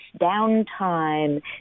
downtime